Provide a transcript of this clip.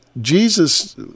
Jesus